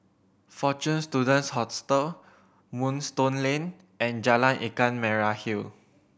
Fortune Students Hostel Moonstone Lane and Jalan Ikan Merah Hill